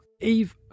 Eve